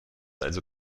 also